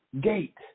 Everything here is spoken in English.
gate